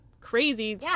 crazy